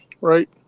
Right